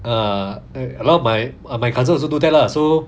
ah a lot of my uh my cousin also do that lah so